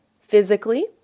physically